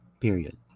period